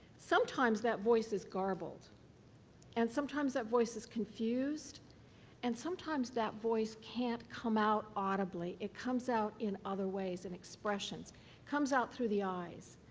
sometimes that voice is garbled and sometimes that voice is confused and sometimes that voice can't come out audibly. it comes out in other ways, in expressions. it comes out through the eyes.